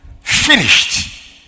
finished